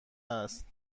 است